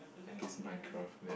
I guess my craft there